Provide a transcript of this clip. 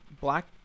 black